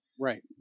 right